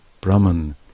Brahman